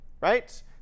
right